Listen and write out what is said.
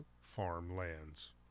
farmlands